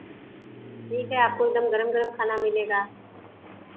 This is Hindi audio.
ठीक है आपको एक दम गर्म गर्म खाना मिलेगा